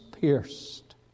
pierced